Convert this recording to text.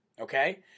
okay